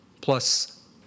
plus